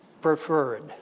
preferred